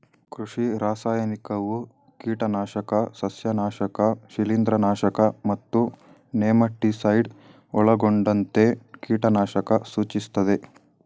ಕೃಷಿ ರಾಸಾಯನಿಕವು ಕೀಟನಾಶಕ ಸಸ್ಯನಾಶಕ ಶಿಲೀಂಧ್ರನಾಶಕ ಮತ್ತು ನೆಮಟಿಸೈಡ್ ಒಳಗೊಂಡಂತೆ ಕೀಟನಾಶಕ ಸೂಚಿಸ್ತದೆ